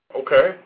Okay